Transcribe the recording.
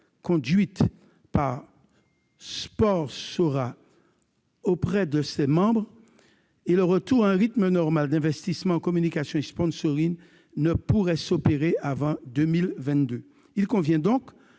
conduite par Sporsora auprès de ses membres ; et le retour à un rythme normal d'investissements en communication et sponsoring ne pourrait s'opérer avant 2022. Il convient donc